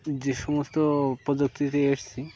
যে সমস্ত প্রযুক্তিতে এসেছি